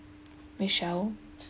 michelle